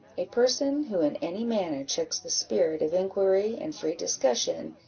a person who in any manner checks the spirit of inquiry and free discussion,